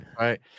Right